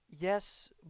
Yes